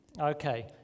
Okay